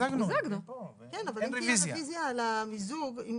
אם תהיה רביזיה על המיזוג,